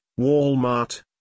Walmart